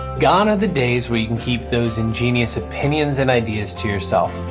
gone are the days where you can keep those ingenious opinions and ideas to yourself,